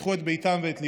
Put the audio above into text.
שפתחו את ביתן ואת ליבן.